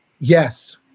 Yes